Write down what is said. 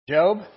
Job